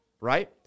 right